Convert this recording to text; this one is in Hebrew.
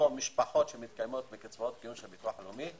או משפחות שמתקיימות מקצבאות קיום של הביטוח הלאומי,